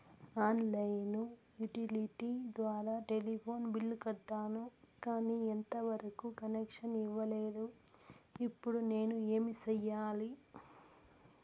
On line utility ద్వారా telephone bill కట్టాను, కానీ ఎంత వరకు కనెక్షన్ ఇవ్వలేదు, ఇప్పుడు నేను ఏమి సెయ్యాలి?